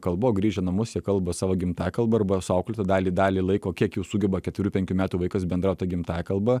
kalbą o grįžę į namus jie kalba savo gimtąja kalba arba su auklėtoja dalį dalį laiko kiek jau sugeba keturių penkių metų vaikas bendrauja ta gimtąja kalba